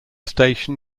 station